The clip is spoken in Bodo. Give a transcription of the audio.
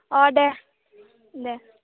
अ दे दे